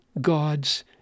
God's